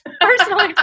personally